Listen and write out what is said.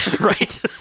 Right